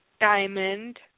diamond